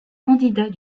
candidat